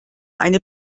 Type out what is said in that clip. eine